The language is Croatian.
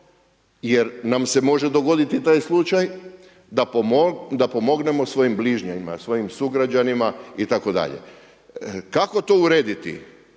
jer nam se može dogoditi taj slučaj da pomognemo svojim bližnjima, svojim sugrađanima itd.. Kako to urediti?